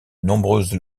nombreuses